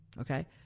okay